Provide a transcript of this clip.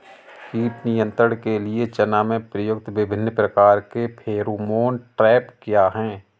कीट नियंत्रण के लिए चना में प्रयुक्त विभिन्न प्रकार के फेरोमोन ट्रैप क्या है?